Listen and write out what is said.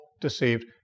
deceived